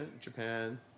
Japan